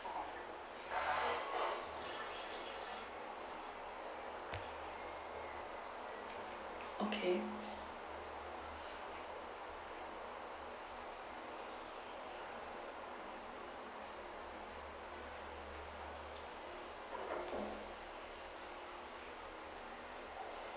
okay